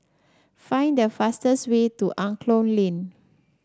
find the fastest way to Angklong Lane